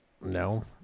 no